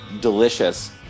delicious